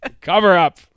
Cover-up